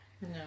No